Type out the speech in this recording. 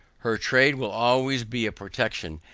her trade will always be a protection,